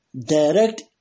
direct